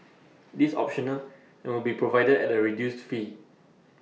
this optional and will be provided at A reduced fee